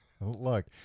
Look